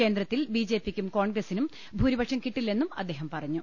കേന്ദ്രത്തിൽ ബിജെപിക്കും കോൺഗ്രസിനും ഭൂരിപക്ഷം കിട്ടില്ലെന്നും അദ്ദേഹം പറഞ്ഞു